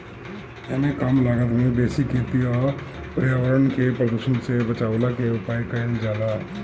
एमे कम लागत में बेसी खेती आ पर्यावरण के प्रदुषण से बचवला के उपाय कइल जाला